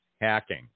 hacking